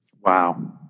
Wow